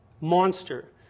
monster